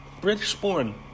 British-born